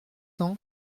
cents